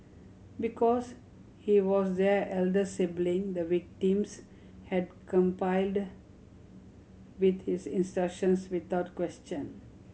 because he was their elder sibling the victims had complied with his instructions without question